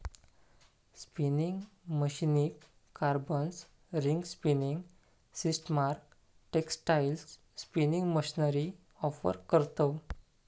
spinning मशीनीक combers, ring spinning सिस्टमाक textile spinning machinery offer करतव